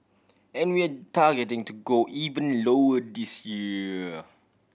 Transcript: and we are targeting to go even lower this year